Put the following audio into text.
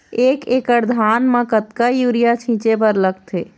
एक एकड़ धान म कतका यूरिया छींचे बर लगथे?